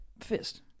Fist